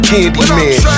Candyman